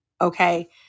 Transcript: Okay